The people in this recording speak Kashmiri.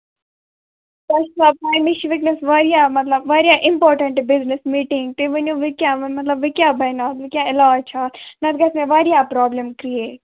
تۄہہِ چھا پاے مےٚ چھِ وٕنکٮ۪نَس واریاہ مطلب واریاہ اِمپاٹَنٹ بِزنِس میٖٹِنگ تُہۍ ؤنِو ؤ کیاہ مطلب ؤ کیاہ بَنہِ اَتھ ؤ کیاہ علاج چھُ اَتھ نَتہٕ گَژھہِ مےٚ واریاہ پرابلم کرِیٹ